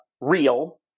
real